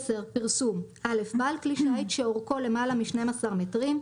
פרסום 10. (א) בעל כלי שיט שאורכו למעלה מ- 12 מטרים,